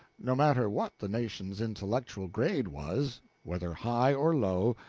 no matter what the nation's intellectual grade was whether high or low,